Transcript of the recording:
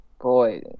boy